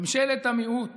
ממשלת המיעוט